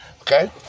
Okay